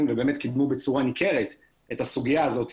ובאמת קידמו בצורה ניכרת את הסוגיה הזאת,